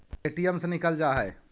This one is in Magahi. ए.टी.एम से निकल जा है?